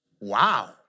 wow